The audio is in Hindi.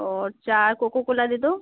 और चार कोको कोला दे दो